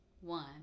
one